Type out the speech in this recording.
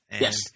Yes